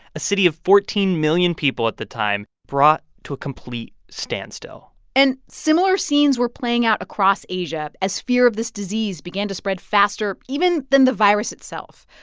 a city of fourteen million people at the time, brought to a complete standstill and similar scenes were playing out across asia as fear of this disease began to spread faster even than the virus itself.